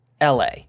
la